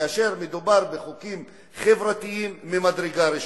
כאשר מדובר בחוקים חברתיים ממדרגה ראשונה.